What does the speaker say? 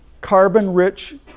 carbon-rich